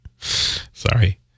Sorry